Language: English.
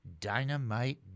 Dynamite